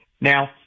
Now